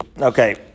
Okay